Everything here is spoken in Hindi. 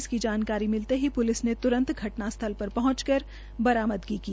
इसकी जानकारी मिलते ही प्रलिस ने तुरंत घटनास्थल पर प्रहंचकर बरामदगी की